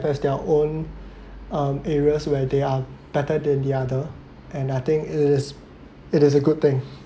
has their own um areas where they are better than the other and I think it is it is a good thing